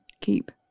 keep